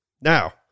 now